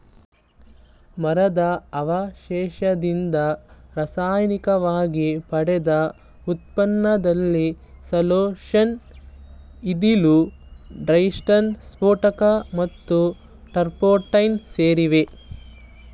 ಮರದ ಅವಶೇಷದಿಂದ ರಾಸಾಯನಿಕವಾಗಿ ಪಡೆದ ಉತ್ಪನ್ನದಲ್ಲಿ ಸೆಲ್ಲೋಫೇನ್ ಇದ್ದಿಲು ಡೈಸ್ಟಫ್ ಸ್ಫೋಟಕ ಮತ್ತು ಟರ್ಪಂಟೈನ್ ಸೇರಿವೆ